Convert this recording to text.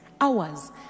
hours